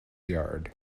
yard